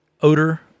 odor